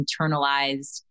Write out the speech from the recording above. internalized